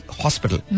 hospital